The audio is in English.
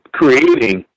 creating